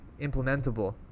implementable